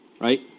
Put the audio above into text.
Right